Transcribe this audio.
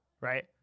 Right